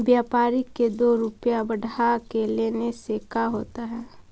व्यापारिक के दो रूपया बढ़ा के लेने से का होता है?